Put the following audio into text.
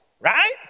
right